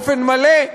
באופן מלא,